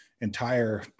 entire